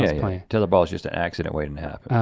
i mean tetherball is just accident waiting.